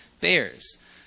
bears